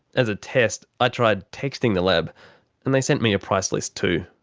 as a test, i tried texting the lab and they sent me a price list too.